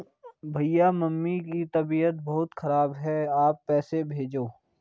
भैया मम्मी की तबीयत बहुत खराब है आप पैसे भेजो